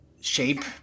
Shape